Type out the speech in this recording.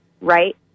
right